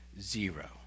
Zero